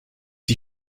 die